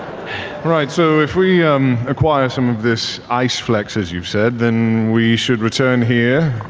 right, so, if we acquire some of this iceflex as you've said, then we should return here,